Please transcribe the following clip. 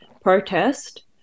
protest